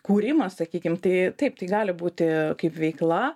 kūrimas sakykim tai taip tai gali būti kaip veikla